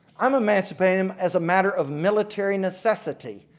i'm emancipating them as a matter of military necessity.